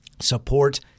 support